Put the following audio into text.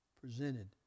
presented